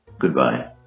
Goodbye